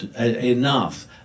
enough